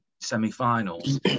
semi-finals